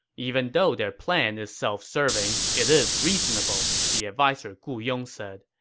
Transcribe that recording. even though their plan is self-serving, it is reasonable, the adviser gu yong said.